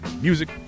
music